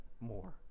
more